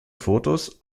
fotos